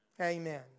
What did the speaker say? Amen